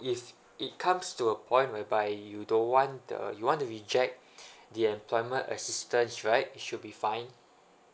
if it comes to a point whereby you don't want the you want to reject the employment assistance right it should be fine